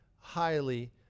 highly